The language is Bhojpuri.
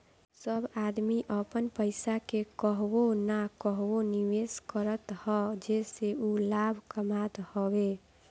सब आदमी अपन पईसा के कहवो न कहवो निवेश करत हअ जेसे उ लाभ कमात हवे